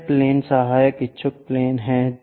अन्य प्लेन सहायक इच्छुक प्लेन है